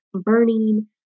burning